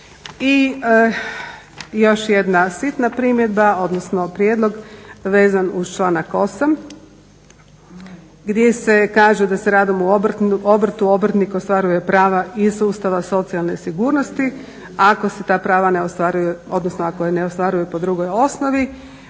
I još jedna sitna primjedba odnosno prijedlog vezan uz članak 8.gdje se kaže da se radom u obrtu obrtnik ostvaruje prava iz sustava socijalne sigurnosti, ako se ta prava ne ostvaruju odnosno ako je ne ostvaruju po drugoj osnovi.